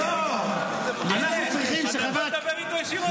אנחנו צריכים שחבר --- אז דבר איתו ישירות.